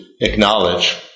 acknowledge